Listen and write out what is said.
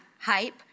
hype